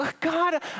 god